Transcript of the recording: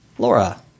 Laura